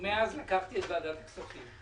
מאז לקחתי את ועדת הכספים.